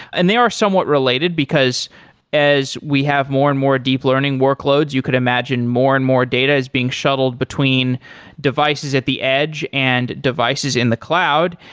and they are somewhat related, because as we have more and more deep learning workloads you can imagine more and more data is being shuttled between devices at the edge and devices in the cloud.